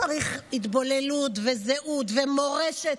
צריך התבוללות וזהות ומורשת?